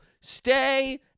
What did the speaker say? Stay